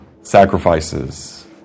sacrifices